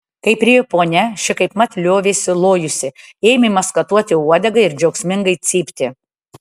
kai priėjo ponia ši kaipmat liovėsi lojusi ėmė maskatuoti uodegą ir džiaugsmingai cypti